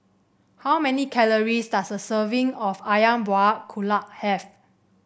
how many calories does a serving of ayam Buah Keluak have